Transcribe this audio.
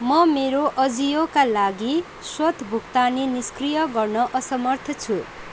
म मेरो अजियोका लागि स्वत भुक्तानी निष्क्रिय गर्न असमर्थ छु